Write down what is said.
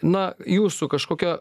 na jūsų kažkokie